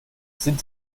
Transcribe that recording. sind